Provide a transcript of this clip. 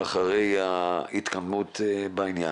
אחרי ההתקדמות בעניין.